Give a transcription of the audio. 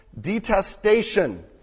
detestation